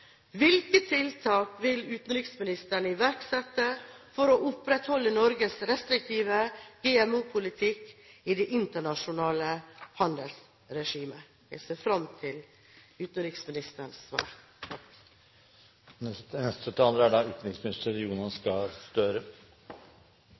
Hvilke tiltak vil utenriksministeren iverksette for å opprettholde Norges restriktive GMO-politikk i det internasjonale handelsregimet? Jeg ser fram til utenriksministerens svar. La meg først få lov til å oppklare en åpenbar misforståelse: Jeg tror det er